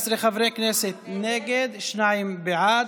14 חברי כנסת נגד, שניים בעד.